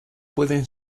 pueden